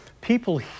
People